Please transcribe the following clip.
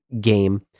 game